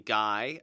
guy